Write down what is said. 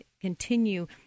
continue